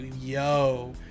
yo